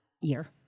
year